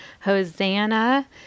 Hosanna